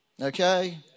Okay